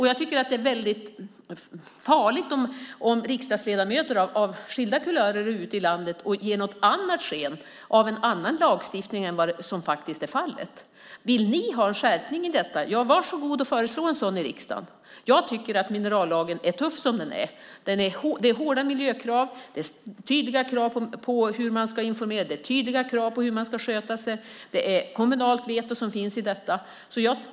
Jag tycker att det är farligt om riksdagsledamöter av skilda kulörer är ute i landet och ger sken av någon annan lagstiftning än den vi har. Vill ni ha en skärpning av detta, varsågod och föreslå en sådan i riksdagen. Jag tycker att minerallagen är tuff som den är. Det är hårda miljökrav. Det är tydliga krav på hur man ska informera och sköta sig. Det finns ett kommunalt veto i detta.